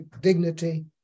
dignity